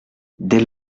dès